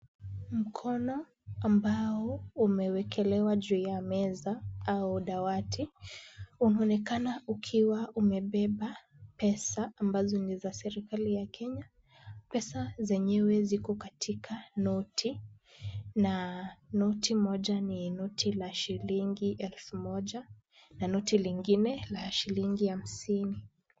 Mkono ambao umewekelewa juu ya meza au dawati, unaonekana ukiwa umebeba pesa ambazo ni za serikali ya Kenya. Pesa zenyewe ziko katika noti na noti moja ni noti la shilingi elfu moja na noti lingine la shilingi hamsini.